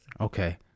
okay